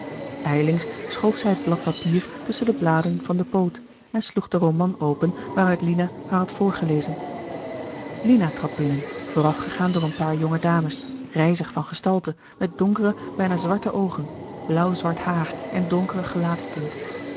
zij het blad papier tusschen de bladen van de poot en sloeg den roman open waaruit lina haar had voorgelezen lina trad binnen vooraf gegaan door een paar jonge dames rijzig van gestalte met donkere bijna zwarte oogen blauw zwart haar en donkere gelaatstint